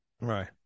Right